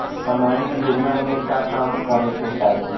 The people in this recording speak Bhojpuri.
सामाजिक योजना में का काम करे के चाही?